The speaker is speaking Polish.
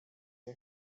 nie